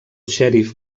xèrif